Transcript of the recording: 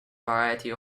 variety